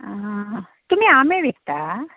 आं हां तुमी आंबें विकता